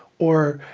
or,